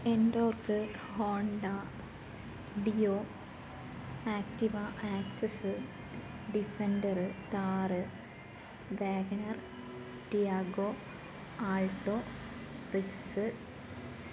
Ntorq Honda Dio Activa Access Defender Thar Wagon R Tiago Alto Ritz